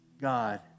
God